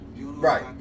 Right